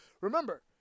Remember